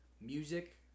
music